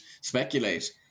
speculate